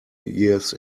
years